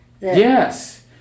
Yes